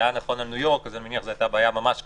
בניו יורק זו בעיה ממש קשה,